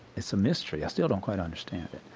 it's a mystery. i still don't quite understand it.